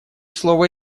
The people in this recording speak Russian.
слово